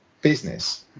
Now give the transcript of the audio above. business